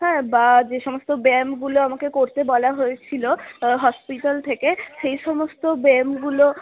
হ্যাঁ বা যেসমস্ত ব্যায়ামগুলো আমাকে করতে বলা হয়েছিল হসপিটাল থেকে সেইসমস্ত ব্যায়ামগুলো